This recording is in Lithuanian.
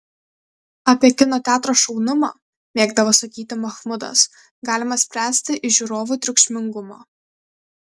apie kino teatro šaunumą mėgdavo sakyti mahmudas galima spręsti iš žiūrovų triukšmingumo